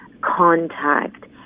contact